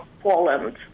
Poland